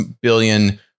billion